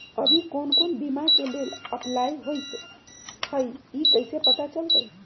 अभी कौन कौन बीमा के लेल अपलाइ होईत हई ई कईसे पता चलतई?